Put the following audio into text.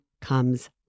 comes